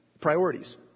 priorities